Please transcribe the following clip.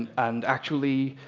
and actually,